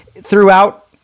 throughout